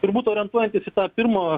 turbūt orientuojantis į tą pirmo